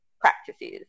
practices